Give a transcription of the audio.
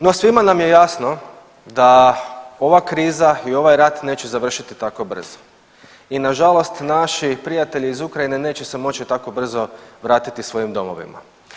No svima nam je jasno da ova kriza i ovaj rat neće završiti tako brzo i nažalost naši prijatelji iz Ukrajine neće se moći tako brzo vratiti svojim domovima.